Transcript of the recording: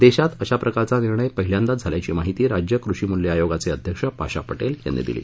देशात अशा प्रकारचा निर्णय पहिल्यांदाच झाल्याची माहिती राज्य कृषी मुल्य आयोगाचे अध्यक्ष पाशा पटेल यांनी दिली